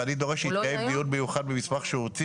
ואני דורש שיתקיים דיון מיוחד במסמך שהוא הוציא